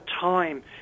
time